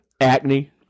Acne